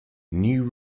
new